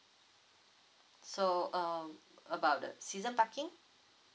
so um about the season parking